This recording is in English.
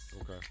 Okay